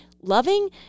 loving